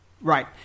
Right